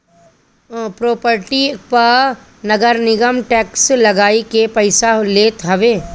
property पअ नगरनिगम tax लगाइ के पईसा लेत हवे